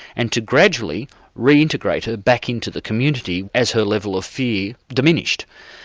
and to gradually re-integrate her back into the community as her level of fear diminished.